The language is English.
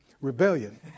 rebellion